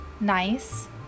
nice